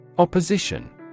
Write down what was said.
Opposition